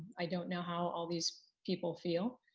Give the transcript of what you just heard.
i don't know how all these people feel,